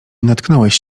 natknąłeś